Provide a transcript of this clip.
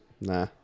Nah